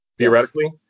theoretically